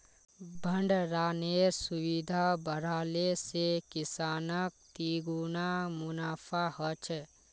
भण्डरानेर सुविधा बढ़ाले से किसानक तिगुना मुनाफा ह छे